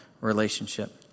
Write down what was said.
relationship